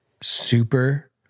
super